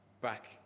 back